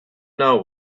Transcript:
know